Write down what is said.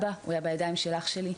בידיים של אח שלי,